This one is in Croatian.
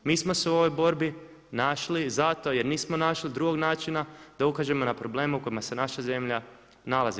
Mi smo se u ovoj borbi našli zato jer nismo našli drugog načina da ukažemo na probleme u kojima se naša zemlja nalazi.